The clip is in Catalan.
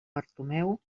bartomeu